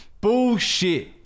Bullshit